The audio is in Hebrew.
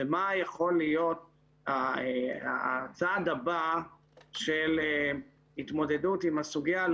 זה מה יכול להיות הצעד הבא של התמודדות עם הסוגיה,